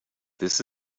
this